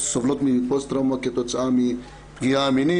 סובלות מפוסט-טראומה כתוצאה מפגיעה מינית